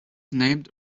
named